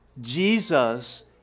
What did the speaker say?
Jesus